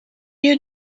you